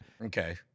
Okay